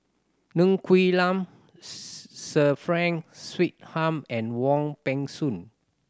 Ng Quee Lam Sir Frank Swettenham and Wong Peng Soon